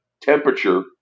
temperature